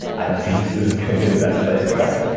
i don't think this is going to be the best place for us.